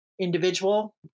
individual